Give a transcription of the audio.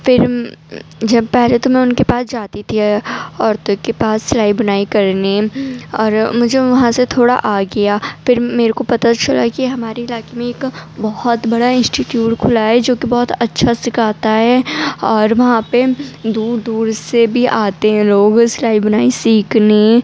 پھر جب پہلے تو میں ان کے پاس جاتی تھی عورتوں کے پاس سلائی بنائی کرنے اور مجھے وہاں سے تھوڑا آ گیا پھر میرے کو پتہ چلا کہ ہمارے علاقے میں ایک بہت بڑا انسٹیٹیوٹ کھلا ہے جوکہ بہت اچّھا سکھاتا ہے اور وہاں پہ دور دور سے بھی آتے ہیں لوگ سلائی بنائی سیکھنے